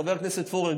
חבר הכנסת פורר,